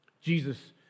Jesus